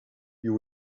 you